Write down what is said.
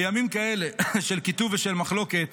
בימים כאלה של קיטוב ושל מחלוקת